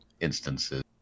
instances